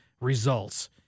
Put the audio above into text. results